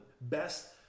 best